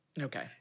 Okay